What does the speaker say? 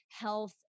health